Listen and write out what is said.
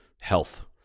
health